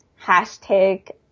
hashtag